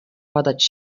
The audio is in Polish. padać